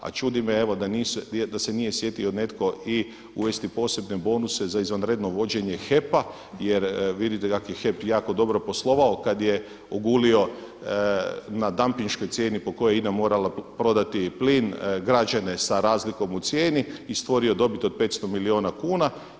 A čudi me evo da se nije sjetio netko i uvesti posebne bonuse za izvanredno vođenje HEP-a jer vidite dakle HEP jako dobro poslovao kad je ogulio na dampinškoj cijeni po kojoj je INA morala prodati plin, građane sa razlikom u cijeni i stvorio dobit od 500 milijuna kuna.